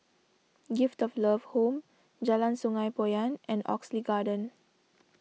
Gift of Love Home Jalan Sungei Poyan and Oxley Garden